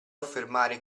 affermare